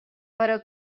però